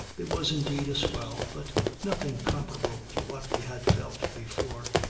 there was indeed a swell, but nothing comparable to what we had felt before,